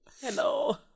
Hello